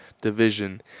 division